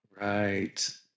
right